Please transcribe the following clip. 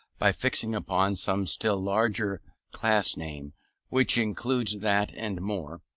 by fixing upon some still larger class-name which includes that and more,